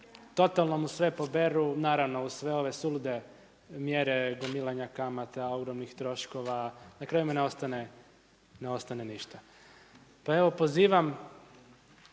totalno mu sve poberu, naravno uz sve ove sulude mjere gomilanja kamata, ogromnih troškova, na kraju mu ne ostane, ne ostane ništa. Pa evo pozivam